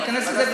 להיכנס לזה,